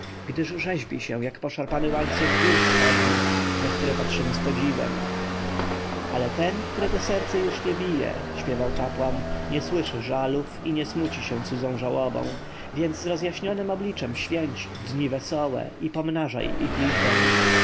gdyż rzeźbi się jak poszarpany łańcuch gór wschodnich na które patrzymy z podziwem ale ten którego serce już nie bije śpiewał kapłan nie słyszy żalów i nie smuci się cudzą żałobą więc z rozjaśnionem obliczem święć dni wesołe i pomnażaj ich liczbę